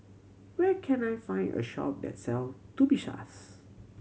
where can I find a shop that sell Tubifast